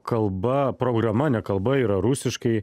kalba programa ne kalba yra rusiškai